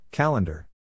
Calendar